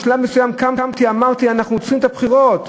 בשלב מסוים קמתי, אמרתי: אנחנו עוצרים את הבחירות.